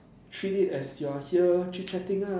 treat it as you are here chit-chatting ah